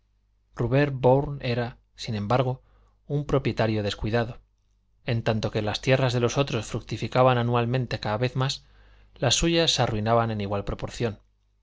rubén bourne era sin embargo un propietario descuidado en tanto que las tierras de los otros fructificaban anualmente cada vez más las suyas se arruinaban en igual proporción